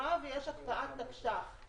סגירה ויש הקפאת תקש"ח.